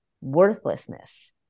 worthlessness